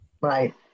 Right